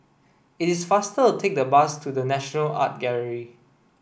it is faster to take the bus to The National Art Gallery